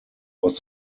was